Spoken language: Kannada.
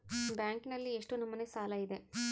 ಬ್ಯಾಂಕಿನಲ್ಲಿ ಎಷ್ಟು ನಮೂನೆ ಸಾಲ ಇದೆ?